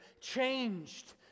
changed